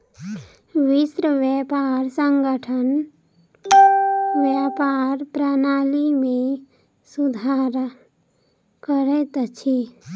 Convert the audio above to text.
विश्व व्यापार संगठन व्यापार प्रणाली में सुधार करैत अछि